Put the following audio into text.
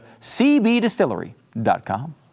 CBDistillery.com